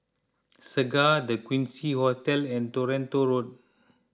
Segar the Quincy Hotel and Toronto Road